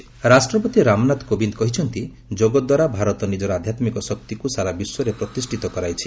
president Mumbai ରାଷ୍ଟ୍ରପତି ରାମନାଥ କୋବିନ୍ଦ କହିଛନ୍ତି ଯୋଗ ଦ୍ୱାରା ଭାରତ ନିଜର ଆଧ୍ଘାତ୍ମିକ ଶକ୍ତିକୁ ସାରା ବିଶ୍ୱରେ ପ୍ରତିଷ୍ଠିତ କରାଇଛି